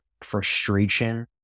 frustration